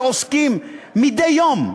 שעוסקים מדי יום,